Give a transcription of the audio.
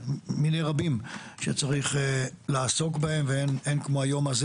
מני רבים שיש לעסוק בהם ואין כמו היום הזה